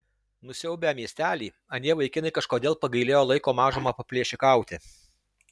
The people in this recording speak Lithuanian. nusiaubę miestelį anie vaikinai kažkodėl pagailėjo laiko mažumą paplėšikauti